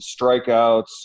strikeouts